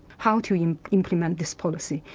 how to you know implement this policy.